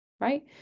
right